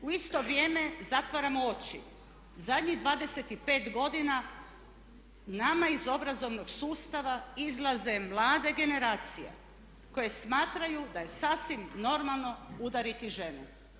U isto vrijeme zatvaramo oči, zadnjih 25 godina nama iz obrazovanog sustava izlaze mlade generacije koje smatraju da je sasvim normalno udariti ženu.